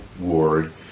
Ward